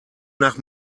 nach